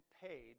paid